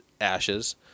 ashes